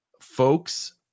folks